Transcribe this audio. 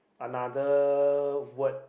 another word